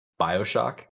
bioshock